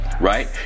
right